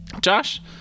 josh